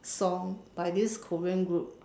song by this Korean group